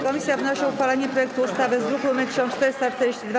Komisja wnosi o uchwalenie projektu ustawy z druku nr 1442.